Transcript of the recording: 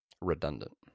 redundant